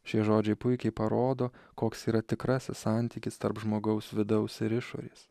šie žodžiai puikiai parodo koks yra tikrasis santykis tarp žmogaus vidaus ir išorės